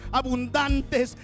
abundantes